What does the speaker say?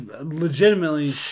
legitimately